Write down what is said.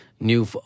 new